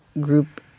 group